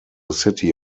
city